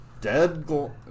Dead